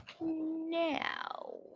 now